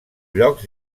llocs